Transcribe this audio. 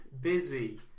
busy